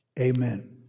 Amen